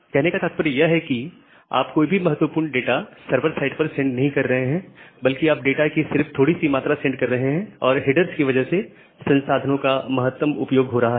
कहने का तात्पर्य यह है कि आप कोई भी महत्वपूर्ण डाटा सर्वर साइड पर नहीं सेंड कर रहे हैं बल्कि आप डाटा की सिर्फ थोड़ी सी मात्रा सेंड कर रहे हैं और हेडर्स की वजह से संसाधनों का महत्तम उपयोग हो रहा है